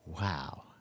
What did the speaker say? Wow